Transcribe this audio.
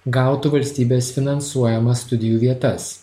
gautų valstybės finansuojamas studijų vietas